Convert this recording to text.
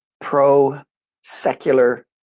pro-secular